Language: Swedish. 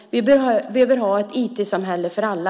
Vi behöver ha ett IT-samhälle för alla.